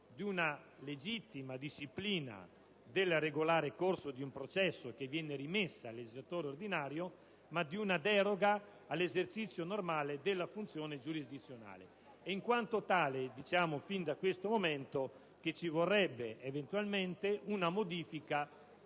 di una legittima disciplina del regolare corso di un processo che viene rimessa al legislatore ordinario, ma di una deroga all'esercizio normale della funzione giurisdizionale. In quanto tale, diciamo fin da questo momento, che ci vorrebbe eventualmente una modifica